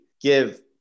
give